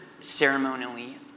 ceremonially